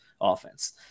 offense